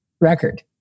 record